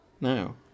now